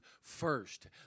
first